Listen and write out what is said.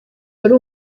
wari